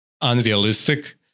unrealistic